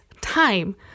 time